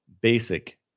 basic